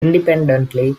independently